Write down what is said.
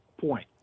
point